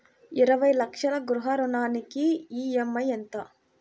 ఇరవై లక్షల గృహ రుణానికి ఈ.ఎం.ఐ ఎంత?